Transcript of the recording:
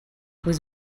was